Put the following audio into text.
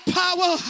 power